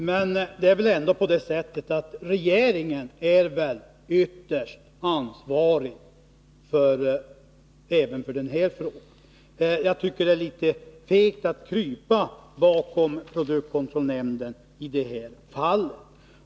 Herr talman! Men det är ändå regeringen som ytterst är ansvarig för den här frågan. Jag tycker det är litet fegt att krypa bakom produktkontrollnämnden i det här fallet.